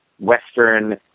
western